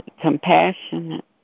compassionate